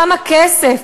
כמה כסף,